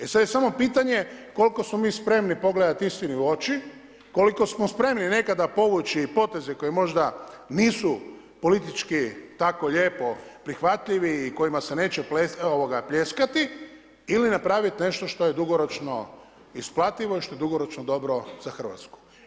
E sad je samo pitanje koliko smo mi spremni pogledati istini u oči, koliko smo spremni nekada povući poteze koje možda nisu politički tako lijepo prihvatljivi i kojima se neće pljeskati, ili napraviti nešto što je dugoročno isplativo i što je dugoročno dobro za Hrvatsku.